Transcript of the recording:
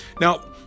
Now